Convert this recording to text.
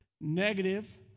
negative